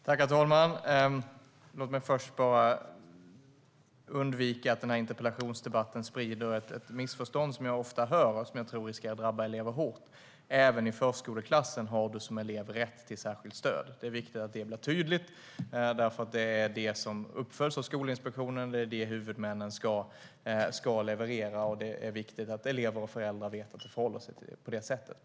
Herr talman! Låt mig först undvika att interpellationsdebatten sprider ett missförstånd som jag ofta hör och som jag tror riskerar att drabba elever hårt. Även i förskoleklassen har du som elev rätt till särskilt stöd. Det är viktigt att det blir tydligt. Det är det som uppföljs av Skolinspektionen och det som huvudmännen ska leverera. Det är viktigt att elever och föräldrar vet att det förhåller sig på det sättet.